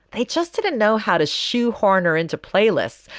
they just didn't know how to shoo horner into playlists,